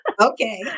Okay